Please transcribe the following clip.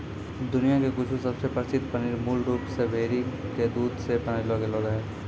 दुनिया के कुछु सबसे प्रसिद्ध पनीर मूल रूप से भेड़ी के दूध से बनैलो गेलो रहै